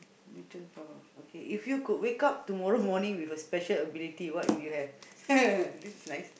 mutant power okay if you could wake up tomorrow with a special ability what would you have this is nice